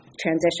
transition